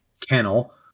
kennel